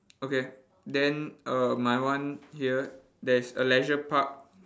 okay then err my one here there's a leisure park